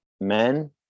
men